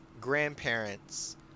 grandparents